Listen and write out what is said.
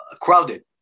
crowded